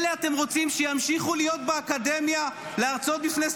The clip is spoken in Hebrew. אלה אתם רוצים שימשיכו להיות באקדמיה להרצות בפני סטודנטים?